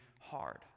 hard